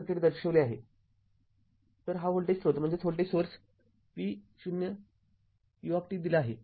तर आकृती २८ व्होल्टेज स्रोत v0u दर्शविते आणि त्याचे समतुल्य सर्किट दर्शविले आहे